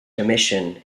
commission